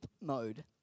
mode